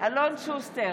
אלון שוסטר,